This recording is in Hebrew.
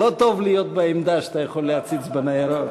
לא טוב להיות בעמדה שאתה יכול להציץ בניירות.